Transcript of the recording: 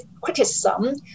criticism